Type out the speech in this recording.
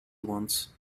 wants